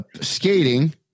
skating